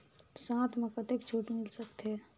साथ म कतेक छूट मिल सकथे?